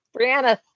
Brianna